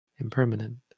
impermanent